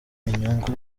inyungu